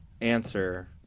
answer